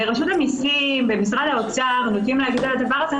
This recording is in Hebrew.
ברשות המיסים במשרד האוצר נוטים להגיד על הדבר הזה,